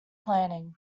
planning